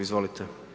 Izvolite.